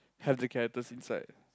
have the characters inside